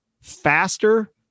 faster